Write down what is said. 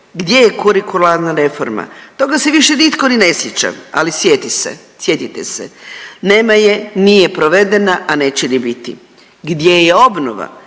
gdje je kurikularna reforma? Toga se više nitko ni ne sjeća, ali sjeti se, sjetite se, nema je, nije provedena, a neće ni biti. Gdje je obnova?